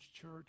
church